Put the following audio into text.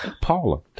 Paula